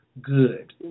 Good